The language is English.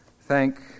thank